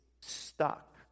stuck